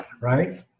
right